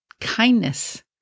kindness